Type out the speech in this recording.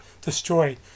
destroyed